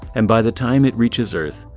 and by the time it reaches earth,